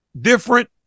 different